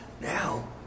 Now